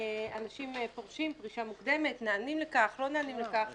האם אנשים פורשים פרישה מוקדמת ונענים לכך או לא נענים לכך?